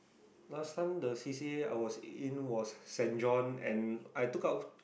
last time the c_c_a I was in was Saint John and I took out